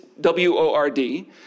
W-O-R-D